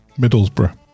middlesbrough